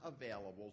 available